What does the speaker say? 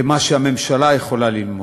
למה שהממשלה יכולה ללמוד.